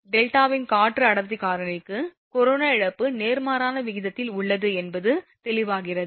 டெல்டாவின் காற்று அடர்த்தி காரணிக்கு கொரோனா இழப்பு நேர்மாறான விகிதத்தில் உள்ளது என்பது தெளிவாகிறது